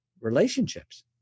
relationships